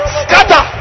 scatter